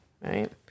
Right